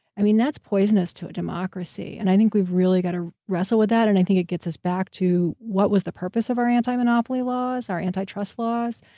i mean, that's poisonous to a democracy. and i think we've really got to wrestle with that, and i think it gets us back to what was the purpose of our anti-monopoly laws, our anti-trust laws,